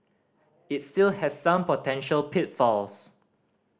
it still has some potential pitfalls